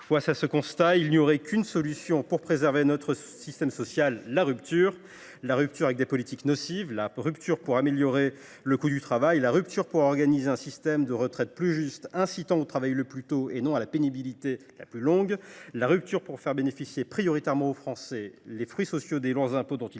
Face à ce constat, il n’y aurait qu’une solution pour préserver notre système social : la rupture. La rupture avec des politiques nocives, la rupture pour améliorer le coût du travail, la rupture pour organiser un système de retraites plus juste, incitant à commencer le travail le plus tôt possible et non à connaître la pénibilité la plus longue qui soit, la rupture pour faire bénéficier prioritairement les Français des fruits sociaux des lourds impôts dont ils s’acquittent par leur travail.